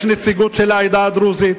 יש נציגות של העדה הדרוזית,